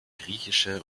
griechische